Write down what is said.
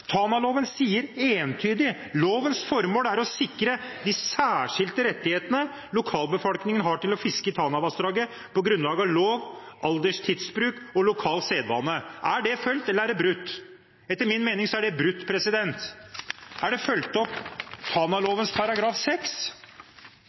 Tanaloven sier entydig: «Lovens formål er å sikre de særskilte rettighetene lokalbefolkningen har til å fiske i Tanavassdraget på grunnlag av lov, alders tids bruk og lokal sedvane.» Er det fulgt eller er det brutt? Etter min mening er det brutt. Er Tanaloven § 6 tredje ledd fulgt opp?